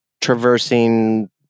traversing